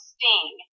Sting